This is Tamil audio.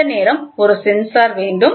அந்தநேரம் ஒரு சென்சார் வேண்டும்